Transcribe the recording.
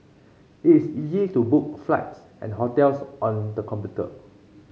it is easy to book flights and hotels on the computer